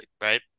right